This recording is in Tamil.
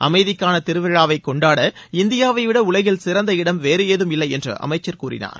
அமைதிக்கான திருவிழாவைக் கொண்டாட இந்தியாவைவிட உலகில் சிறந்த இடம் வேறு ஏதும் இல்லை என்று அமைச்சர் கூறினார்